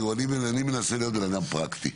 אני מנסה להיות בן אדם פרקטי,